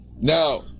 now